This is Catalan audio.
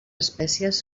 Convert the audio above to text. espècies